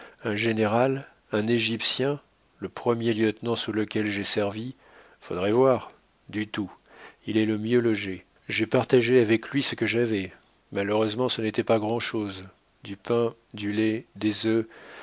un général un égyptien le premier lieutenant sous lequel j'ai servi faudrait voir du tout il est le mieux logé j'ai partagé avec lui ce que j'avais malheureusement ce n'était pas grand'chose du pain du lait des œufs